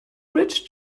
rich